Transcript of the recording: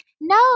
No